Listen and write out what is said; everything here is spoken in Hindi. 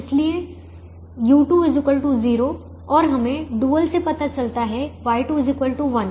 इसलिए u2 0 और हमें डुअल से पता चलता है Y2 1 तो Y2 u2 0